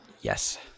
Yes